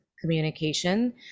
communication